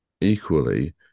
Equally